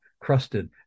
Crusted